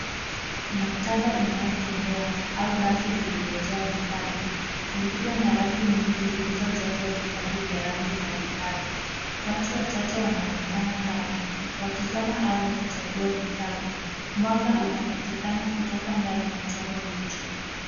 Maktaba inayotembea, au basi lililojaa vitabu, likiwa na rafu nyingi zilizojazwa vitabu vya rangi mbalimbali. Watu wachache wanaonekana ndani, wakisoma au wakichagua vitabu. Mwanga unapatikana kutoka ndani ya chombo hicho.